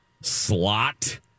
slot